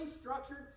structured